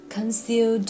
Conceal